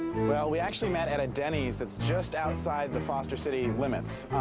well, we actually met at a denny's that's just outside the foster city limits.